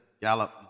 Gallup